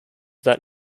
that